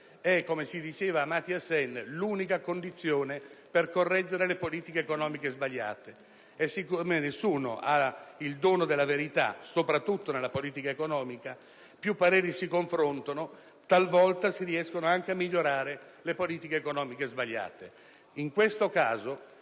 è, come diceva Amartya Sen, l'unica condizione per correggere le politiche economiche sbagliate. Siccome nessuno ha il dono della verità, sopratutto nella politica economica se più pareri si confrontano talvolta si riescono anche a migliorare le politiche economiche sbagliate.